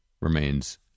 remains